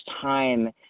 time